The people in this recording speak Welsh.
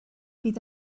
bydd